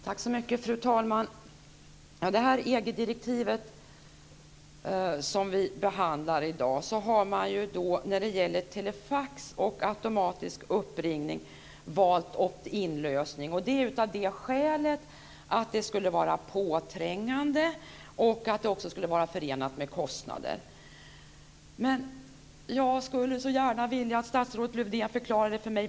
Fru talman! I det EG-direktiv som vi behandlar i dag har man ju när det gäller telefax och automatisk uppringning valt en opt-in-lösning. Det har man gjort av det skälet att det skulle vara påträngande och att det skulle vara förenat med kostnader. Men jag skulle så gärna vilja att statsrådet Lövdén förklarade en sak för mig.